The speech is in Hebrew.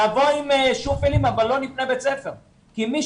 נבוא עם שופלים אבל לא נבנה בית ספר כי מי